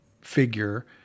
figure